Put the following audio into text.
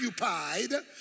occupied